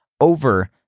over